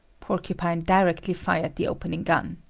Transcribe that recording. porcupine directly fired the opening gun.